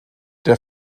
der